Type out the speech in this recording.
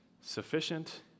sufficient